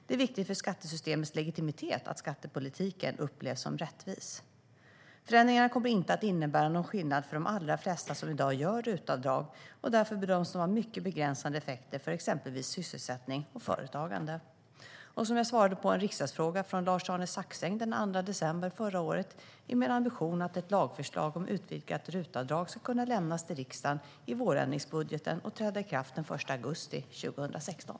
Det är viktigt för skattesystemets legitimitet att skattepolitiken upplevs som rättvis. Förändringarna kommer inte att innebära någon skillnad för de allra flesta som i dag gör RUT-avdrag, och därför bedöms de ha mycket begränsade effekter för exempelvis sysselsättning och företagande. Som jag svarade på en riksdagsfråga från Lars-Arne Staxäng den 2 december förra året är min ambition att ett lagförslag om utvidgat RUT-avdrag ska kunna lämnas till riksdagen i vårändringsbudgeten och träda i kraft den 1 augusti 2016.